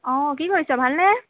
অঁ কি কৰিছ ভালনে